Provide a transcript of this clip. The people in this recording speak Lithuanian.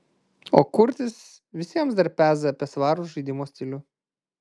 o kurtis visiems dar peza apie svarų žaidimo stilių